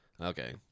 Okay